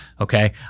Okay